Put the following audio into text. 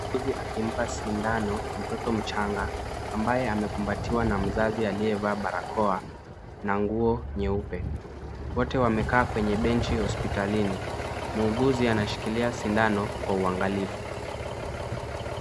Huzi akimpa sindano mtoto mchanga, ambaye amekumbatiwa na mzazi aliyevaa barakoa na nguo nyeupe. Wote wamekaa kwenye benchi hospitalini. Muuguzi anashikilia sindano kwa uangalifu.